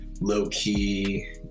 low-key